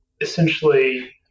essentially